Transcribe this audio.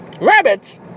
Rabbit